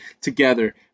together